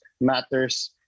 matters